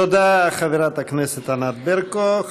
תודה, חברת הכנסת ענת ברקו.